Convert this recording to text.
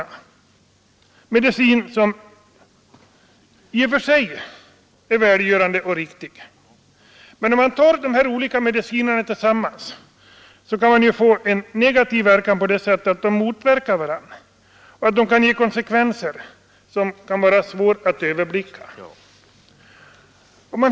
Den medicinen är i och för sig välgörande och riktig för den angivna sjukdomen, men om olika mediciner intas tillsammans kan verkan bli negativ. Medicinerna kan motverka varandra eller ge konsekvenser som är svåra att överblicka.